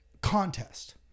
contest